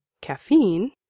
Caffeine